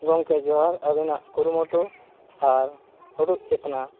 ᱜᱚᱢᱠᱮ ᱡᱚᱦᱟᱨ ᱟᱹᱵᱤᱱᱟᱜ ᱠᱩᱨᱩᱢᱩᱴᱩ ᱟᱨ ᱢᱩᱬᱩᱫ ᱪᱮᱛᱱᱟ